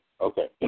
Okay